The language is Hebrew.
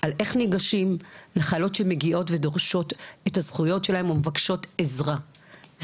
על איך ניגשים לחיילות שמגיעות ודורשות את הזכויות שלהן או מבקשות עזרה,